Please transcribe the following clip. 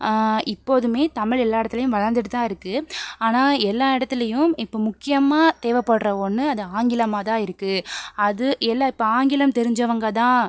இப்போதுமே தமிழ் எல்லா இடத்துலயும் வளர்ந்துட்டு தான் இருக்குது ஆனால் எல்லா இடத்துலையும் இப்போது முக்கியமாக தேவைப்படுற ஒன்று அது ஆங்கிலமாக தான் இருக்குது அது எல்லா இப்போது ஆங்கிலம் தெரிஞ்சவங்க தான்